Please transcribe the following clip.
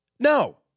No